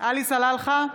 עלי סלאלחה,